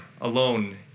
alone